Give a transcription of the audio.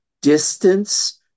distance